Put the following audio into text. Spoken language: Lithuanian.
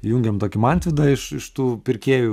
įjungėm tokį mantvydą iš tų pirkėjų